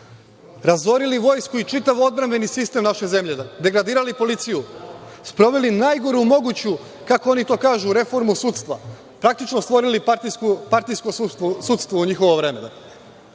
razorili vojsku i čitav odbrambeni sistem naše zemlje, degradirali policiju, sproveli najgoru moguću, kako oni to kažu, reformu sudstva, praktično stvorili partijsko sudstvo u njihovo vreme.